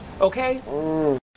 Okay